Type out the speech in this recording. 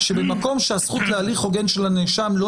שבמקום שהזכות להליך הוגן של הנאשם לא